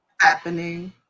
happening